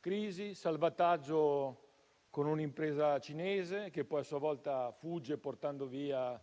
crisi, salvataggio con un'impresa cinese, che poi a sua volta è fuggita, portando via